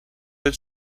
del